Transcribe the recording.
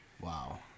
Wow